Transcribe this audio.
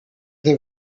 they